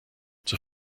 zur